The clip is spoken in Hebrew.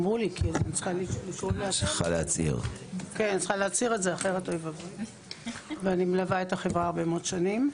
אני מלווה את החברה הרבה מאוד שנים.